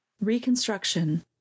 Reconstruction